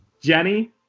jenny